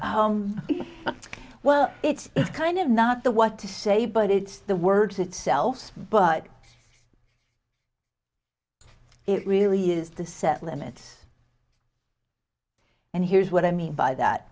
why well it's kind of not the what to say but it's the words itself but it really is the set limits and here's what i mean by that